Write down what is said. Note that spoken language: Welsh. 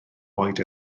boed